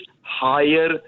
higher